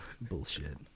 Bullshit